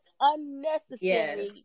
unnecessary